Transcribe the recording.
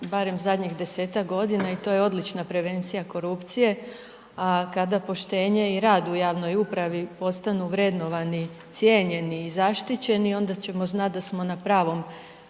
barem zadnjih 10-tak godina i to je odlična prevencija korupcije. A kada poštenje i rad u javnoj upravi postanu vrednovani, cijenjeni i zaštićeni onda ćemo znat da smo na pravom